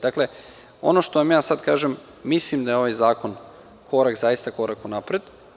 Dakle, ono što vam ja sada kažem – mislim da je ovaj zakon zaista korak unapred.